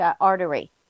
artery